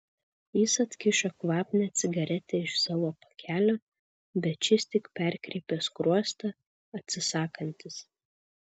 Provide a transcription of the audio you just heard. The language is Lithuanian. jis atkišo kvapnią cigaretę iš savo pakelio bet šis tik perkreipė skruostą atsisakantis